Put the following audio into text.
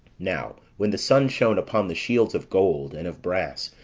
now when the sun shone upon the shields of gold, and of brass,